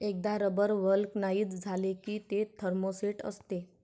एकदा rubber vulcanise झाले की ते थर्मोसेट असते